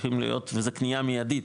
צריכים להיות וזה קניה מיידית,